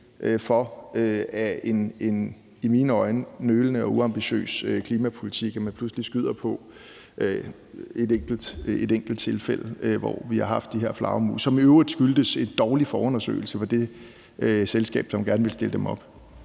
for en, i mine øjne, nølende og uambitiøs klimapolitik, at man pludselig kommer med et enkelt tilfælde, nemlig det om de her flagermus, som i øvrigt skyldtes en dårlig forundersøgelse fra det selskab, som gerne ville stille